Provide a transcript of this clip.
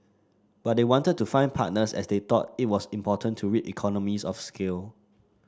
but they wanted to find partners as they thought it was important to reap economies of scale